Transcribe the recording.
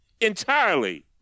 entirely